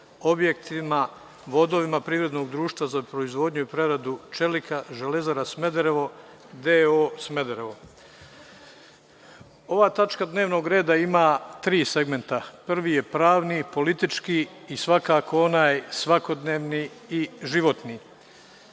objektima, vodovima privrednog društva za proizvodnju i preradu čelika Železara Smederevo d.o.o. Smederevo. Ova tačka dnevnog reda ima tri segmenta. Prvi je pravni, politički i svakako onaj svakodnevni i životni.